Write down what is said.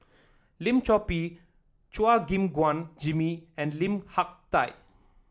Lim Chor Pee Chua Gim Guan Jimmy and Lim Hak Tai